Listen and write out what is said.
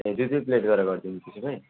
ए दुई दुई प्लेट गरेर गरिदिनु त्यसो भए